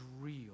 real